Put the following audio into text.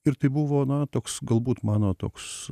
ir tai buvo na toks galbūt mano toks